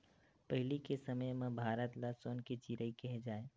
पहिली के समे म भारत ल सोन के चिरई केहे जाए